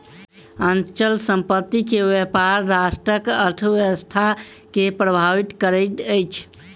अचल संपत्ति के व्यापार राष्ट्रक अर्थव्यवस्था के प्रभावित करैत अछि